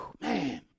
man